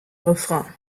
refrain